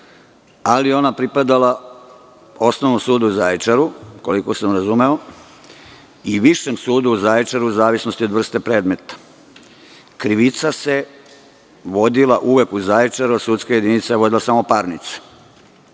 ali ona pripadala Osnovnom sudu u Zaječaru, koliko sam razumeo i Višem sudu u Zaječaru, u zavisnosti od vrste predmeta. Krivica se vodila uvek u Zaječaru, a sudska jedinica je vodila samo parnice.